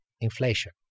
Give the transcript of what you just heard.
inflation